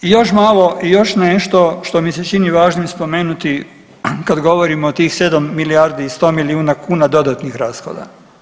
I još malo i još nešto što mi se čini važnim spomenuti kad govorimo o tih 7 milijardi i 100 milijuna kuna dodatnih rashoda.